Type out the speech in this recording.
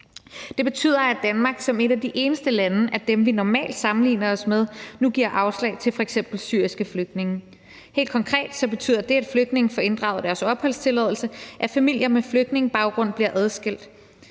Det betyder, at Danmark som et af de eneste lande af dem, vi normalt sammenligner os med, nu giver afslag til f.eks. syriske flygtninge. Helt konkret betyder det, at flygtninge får inddraget deres opholdstilladelse, at familier med flygtningebaggrund bliver adskilt,